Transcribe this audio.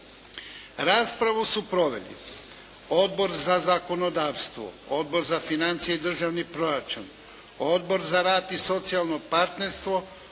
Raspravu su proveli Odbor za zakonodavstvo, Odbor za financije i državni proračun, Odbor za rad i socijalno partnerstvo,